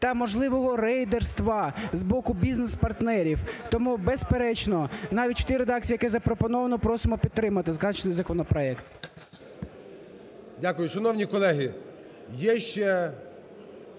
та можливого рейдерства з боку бізнес-партнерів. Тому, безперечно, навіть в тій редакцій, в якій запропоновано, просимо підтримати зазначений законопроект.